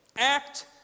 act